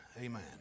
amen